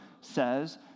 says